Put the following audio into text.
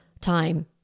time